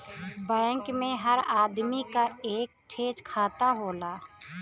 bank मे हर आदमी क एक ठे खाता होला